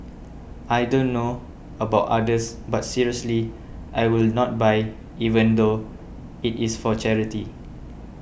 I don't know about others but seriously I will not buy even though it is for charity